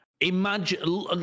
imagine